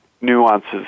nuances